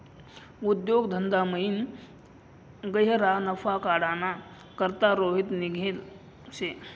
उद्योग धंदामयीन गह्यरा नफा काढाना करता रोहित निंघेल शे